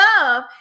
love